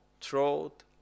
throat